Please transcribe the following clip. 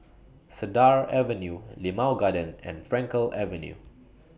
Cedar Avenue Limau Garden and Frankel Avenue